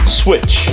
switch